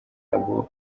abo